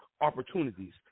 opportunities